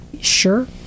Sure